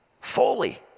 Fully